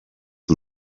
for